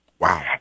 Wow